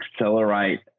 accelerate